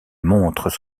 montrent